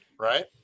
Right